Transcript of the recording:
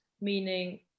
meaning